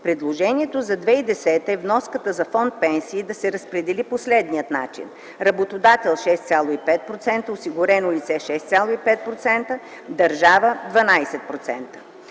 Предложението за 2010 г. е вноската за Фонд „Пенсии” да се разпредели по следния начин: работодател 6,5%, осигурено лице 6,5%, държава 12%;